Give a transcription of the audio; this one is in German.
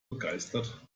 begeistert